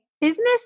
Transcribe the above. business